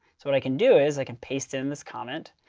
so what i can do is i can paste in this comment.